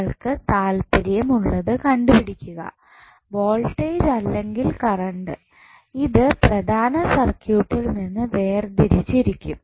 നിങ്ങൾക്ക് താല്പര്യം ഉള്ളത് കണ്ടുപിടിക്കുക വോൾട്ടേജ് അല്ലെങ്കിൽ കറണ്ട് ഇത് പ്രധാന സർക്യൂട്ടിൽ നിന്ന് വേർതിരിച്ചിരിക്കും